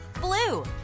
blue